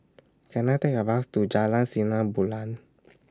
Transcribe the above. Can I Take A Bus to Jalan Sinar Bulan